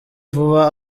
vuba